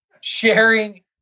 sharing